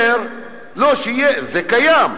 לא, זה קיים,